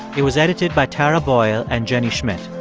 it was edited by tara boyle and jenny schmidt.